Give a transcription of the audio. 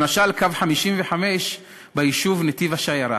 למשל קו 55 ביישוב נתיב-השיירה.